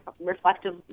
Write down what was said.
reflective